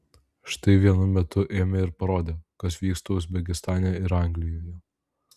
štai vienu metu ėmė ir parodė kas vyksta uzbekistane ir anglijoje